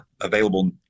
available